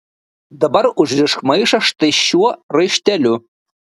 dabar užrišk maišą štai šiuo raišteliu